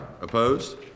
Opposed